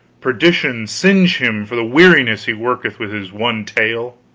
perdition singe him for the weariness he worketh with his one tale!